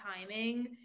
timing